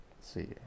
see